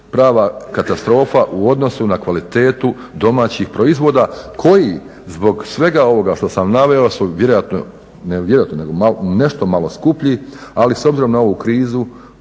prava katastrofa u odnosu na kvalitetu domaćih proizvoda koji zbog svega ovoga što sam naveo su vjerojatno, ne vjerojatno nego nešto malo skuplji ali s obzirom na ovu krizu